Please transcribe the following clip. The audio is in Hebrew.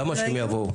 למה שהם יבואו?